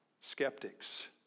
skeptics